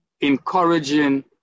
encouraging